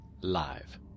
live